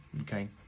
okay